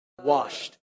washed